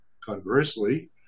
conversely